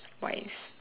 what is